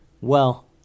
Well